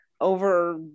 over